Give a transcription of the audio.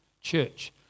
church